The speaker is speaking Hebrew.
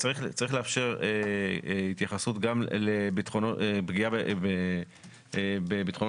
צריך לאפשר התייחסות גם לפגיעה בביטחונו